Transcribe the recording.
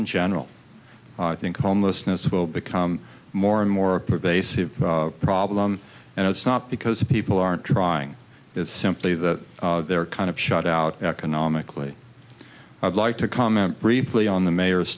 in general i think homelessness will become more and more pervasive problem and it's not because people aren't trying it's simply that they're kind of shut out economically i would like to comment briefly on the mayor's